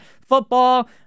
football